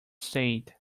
stayed